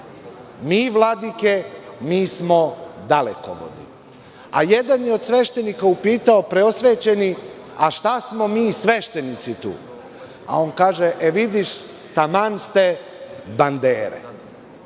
mi vladike smo dalekovodi, a jedan je od sveštenika upitao – preosvećeni, a šta smo mi sveštenici tu? A, on kaže – e vidiš, taman ste bandere. Mislim